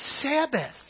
Sabbath